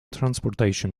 transportation